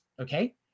okay